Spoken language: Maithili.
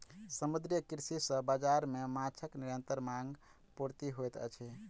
समुद्रीय कृषि सॅ बाजार मे माँछक निरंतर मांग पूर्ति होइत अछि